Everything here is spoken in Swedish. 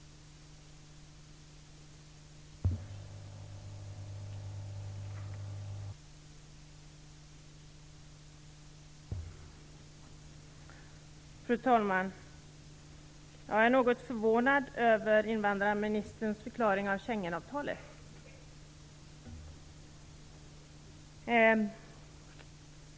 Jag är något förvånad över invandrarministerns förklaring av Schengenavtalet.